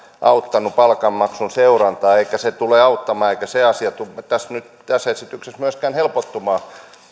auttaneet palkanmaksun seurantaa eivätkä tule auttamaan eikä se asia tässä esityksessä myöskään tule helpottumaan